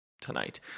tonight